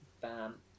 Bam